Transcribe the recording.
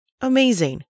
amazing